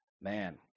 man